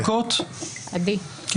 ל-60:60 ולכן היא לא עברה בסוף.